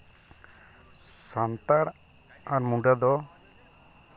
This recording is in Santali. ᱥᱟᱱᱛᱟᱲ ᱟᱨ ᱢᱩᱰᱟᱹ ᱫᱚ